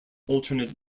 alternate